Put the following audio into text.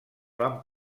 van